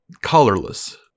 Colorless